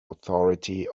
authority